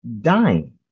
dying